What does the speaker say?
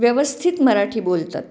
व्यवस्थित मराठी बोलतात